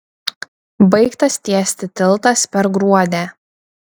baigtas tiesti tiltas per gruodę